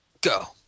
Go